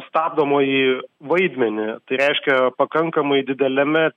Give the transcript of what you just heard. stabdomoji vaidmenį tai reiškia pakankamai dideliame